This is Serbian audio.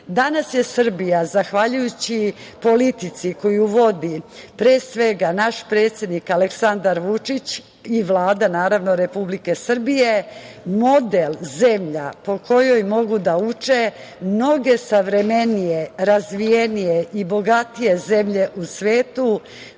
je Srbija zahvaljujući politici koju vodi, pre svega, naš predsednik Aleksandar Vučić i Vlada Republike Srbije model zemlje po kojoj mogu da uče mnoge savremenije i bogatije zemlje u svetu,